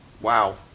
Wow